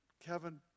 Kevin